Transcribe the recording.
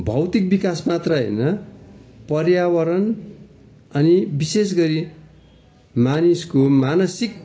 भौतिक विकासमात्र होइन पर्यावरण अनि विशेष गरी मानिसको मानसिक